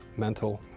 mental